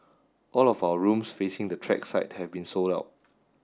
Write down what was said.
all of our rooms facing the track side have been sold out